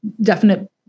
definite